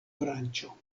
branĉo